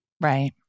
Right